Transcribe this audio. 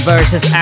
versus